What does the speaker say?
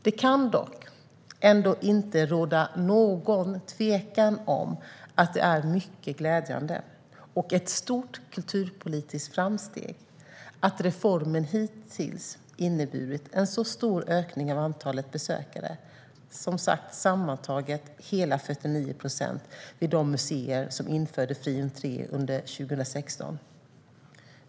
Det kan dock ändå inte råda något tvivel om att det är mycket glädjande och ett stort kulturpolitiskt framsteg att reformen hittills inneburit en så stor ökning av antalet besökare - sammantaget hela 49 procent, som sagt - vid de museer som införde fri entré under 2016.